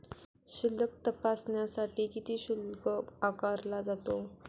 शिल्लक तपासण्यासाठी किती शुल्क आकारला जातो?